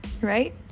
right